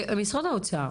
משרד האוצר